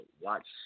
watch